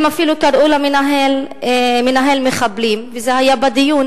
הם אפילו קראו למנהל "מנהל מחבלים", וזה היה אתמול